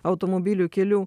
automobilių kelių